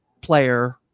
player